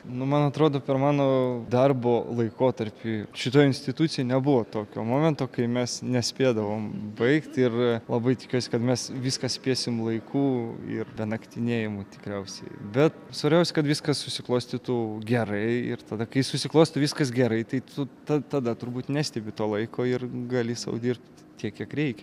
nu man atrodo per mano darbo laikotarpį šitoj institucijoj nebuvo tokio momento kai mes nespėdavom baigt ir labai tikiuosi kad mes viską spėsim laiku ir be naktinėjimų tikriausiai bet svarbiausia kad viskas susiklostytų gerai ir tada kai susiklosto viskas gerai tai tu ta tada turbūt nestebi to laiko ir gali sau dirbt tiek kiek reikia